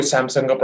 Samsung